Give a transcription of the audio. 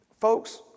Folks